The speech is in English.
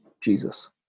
Jesus